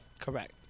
Correct